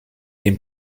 den